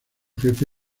jefe